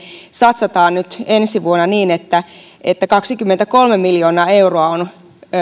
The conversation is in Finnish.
satsataan nyt ensi vuonna niin että että kaksikymmentäkolme miljoonaa euroa on